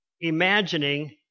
imagining